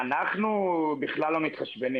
אנחנו בכלל לא מתחשבנים,